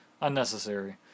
unnecessary